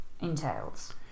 entails